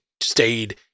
stayed